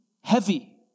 heavy